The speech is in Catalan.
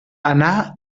anà